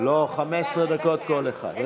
לא, 15 דקות כל אחד.